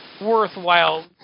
Worthwhile